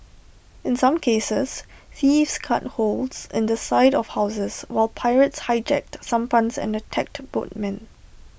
in some cases thieves cut holes in the side of houses while pirates hijacked sampans and attacked boatmen